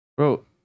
Bro